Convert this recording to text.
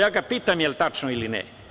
Ja ga pitam, da li je tačno ili ne?